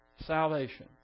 salvation